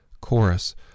Chorus